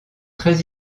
très